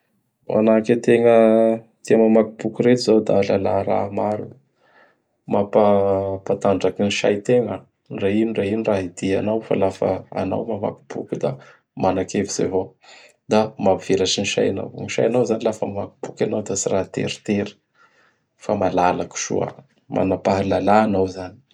Manahaky ategna tia mamaky boky ireto izao da ahalala raha maro io. Mampa-tanjaky gny saitegna, ndre ino ndre ino raha iadianao fa laha fa anao mamaky boky da manakevitsy avao. Da mampivelatsy ny sainao. Ny sainao zany laha fa mamaky boky anao da tsy raha teritery fa malalaky soa. Manam-pahalala anao izany.